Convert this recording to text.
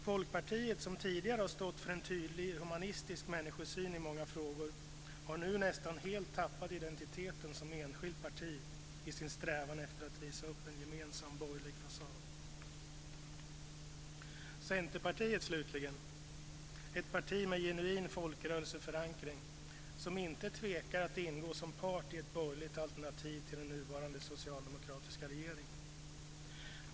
Folkpartiet, som tidigare har stått för en tydlig humanistisk människosyn i många frågor, har nu nästan tappat identiteten som enskilt parti i sin strävan efter att visa upp en gemensam borgerlig fasad. Centerpartiet, slutligen, ett parti med genuin folkrörelseförankring, tvekar inte att ingå som part i ett borgerligt alternativ till den nuvarande socialdemokratiska regeringen.